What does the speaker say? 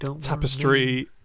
Tapestry